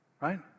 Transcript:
Right